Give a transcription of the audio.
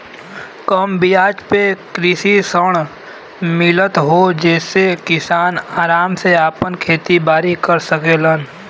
कम बियाज पे कृषि ऋण मिलत हौ जेसे किसान आराम से आपन खेती बारी कर सकेलन